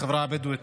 החברה הבדואית.